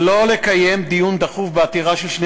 שלא לקיים דיון דחוף בעתירה של שני